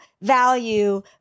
value